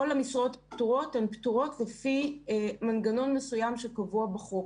כל המשרות הפטורות הן פטורות לפי מנגנון מסוים שקבוע בחוק.